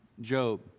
Job